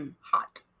Hot